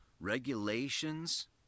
regulations